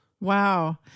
wow